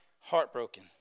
Heartbroken